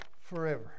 forever